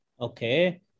Okay